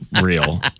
real